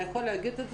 אתה יכול להגיד את זה?